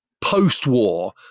post-war